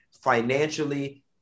financially